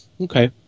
okay